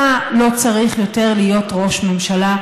אתה לא צריך יותר להיות ראש ממשלה,